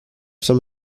some